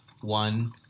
one